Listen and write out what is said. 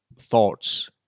thoughts